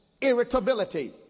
irritability